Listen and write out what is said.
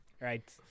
Right